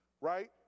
Right